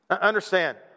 Understand